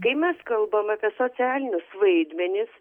kai mes kalbam apie socialinius vaidmenis